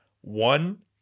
One